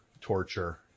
Torture